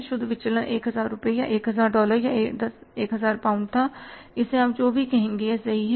शुद्ध विचलन 1000 रुपए या 1000 डॉलर या 10000 पाउंड था इसे आप जो भी कहेंगे सही है